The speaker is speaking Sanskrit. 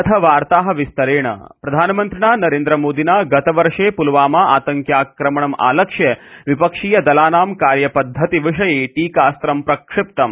अथ वार्ताः विस्तरेण प्रधानमन्त्रिणा नरेन्द्र मोदिना गतवर्षे प्लवामा आतङ्क्याक्रमणम् आलक्ष्य विपक्षीय दलानां कार्यपद्धतिविषये टीकास्त्रं प्रक्षिप्तम्